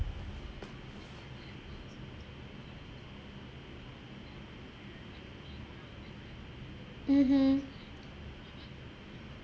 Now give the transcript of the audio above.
mmhmm